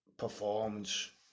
performance